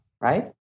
Right